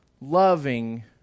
loving